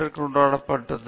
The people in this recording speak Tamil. அவர் கொண்டாடப்பட்டது